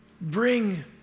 Bring